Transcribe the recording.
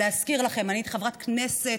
להזכיר לכם, אני הייתי חברת כנסת